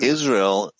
Israel